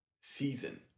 season